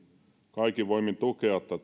kaikin voimin tukea